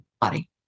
body